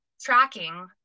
tracking